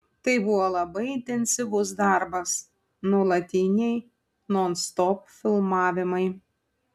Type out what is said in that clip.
tai buvo labai intensyvus darbas nuolatiniai nonstop filmavimai